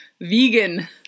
vegan